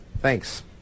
Thanks